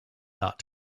thought